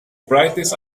brightness